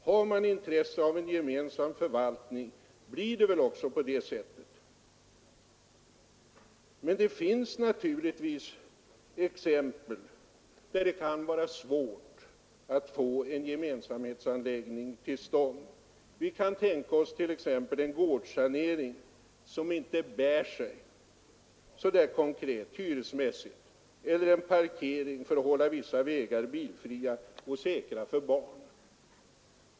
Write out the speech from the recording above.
Har man intresse av en gemensam förvaltning blir det också på det sättet. Men det finns naturligtvis exempel på att det kan vara svårt att få en gemensamhetsanläggning till stånd. Vi kan tänka oss en gårdssanering som inte bär sig konkret, hyresmässigt, eller en parkeringsplats för att hålla vissa vägar bilfria och säkra för barn.